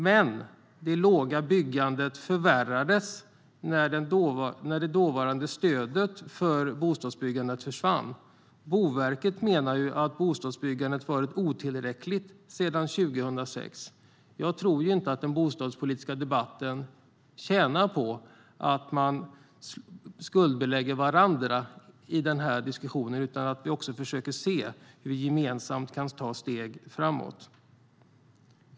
Men det låga byggandet förvärrades när det dåvarande stödet för bostadsbyggande försvann. Boverket menar att bostadsbyggandet har varit otillräckligt sedan 2006. Jag tror inte att den bostadspolitiska debatten tjänar på att man skuldbelägger varandra. Vi måste försöka se hur vi kan ta gemensamma steg framåt.